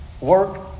work